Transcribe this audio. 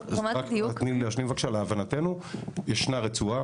ישנה רצועה,